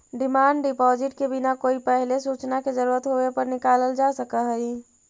demand deposit के बिना कोई पहिले सूचना के जरूरत होवे पर निकालल जा सकऽ हई